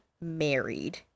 married